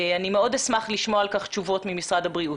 אני מאוד אשמח לשמוע על כך תשובות ממשרד הבריאות.